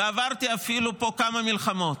ואפילו עברתי פה כמה מלחמות.